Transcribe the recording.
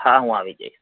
હા હું આવી જઈશ